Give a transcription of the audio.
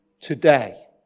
today